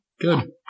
Good